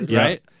right